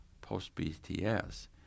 post-BTS